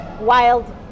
wild